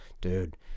Dude